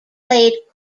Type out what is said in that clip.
played